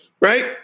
right